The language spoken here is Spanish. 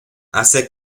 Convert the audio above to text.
hace